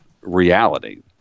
reality